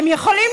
שזה לא נכון.